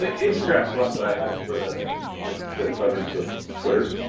instagram's fun but i prefer that like the cleverness of twitter.